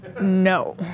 No